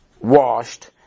washed